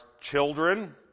children